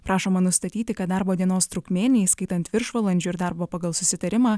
prašoma nustatyti kad darbo dienos trukmė neįskaitant viršvalandžių ir darbo pagal susitarimą